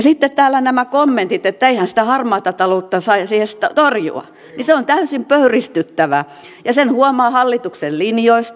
sitten täällä nämä kommentit että eihän sitä harmaata taloutta saisi edes torjua ovat täysin pöyristyttäviä ja sen huomaa hallituksen linjoista